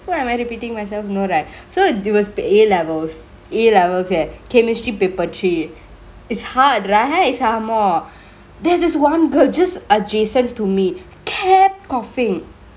so am I repeatingk myself no right so it was A levels A levels leh chemistry paper three is hard right somemore there's thsi one girl just adjacent to me kept coughingk